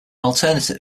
alternative